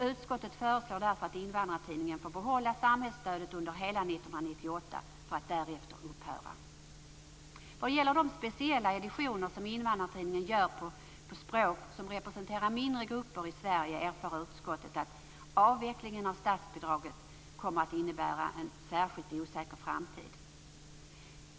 Utskottet föreslår därför att Invandrartidningen får behålla samhällsstödet under hela 1998, för att därefter upphöra. Vad gäller de speciella editioner som Invandrartidningen gör på språk som representerar mindre grupper i Sverige erfar utskottet att avvecklingen av statsbidraget kommer att innebära en särskilt osäker framtid.